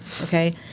Okay